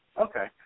Okay